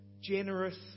generous